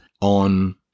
on